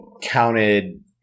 counted